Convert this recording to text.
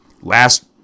last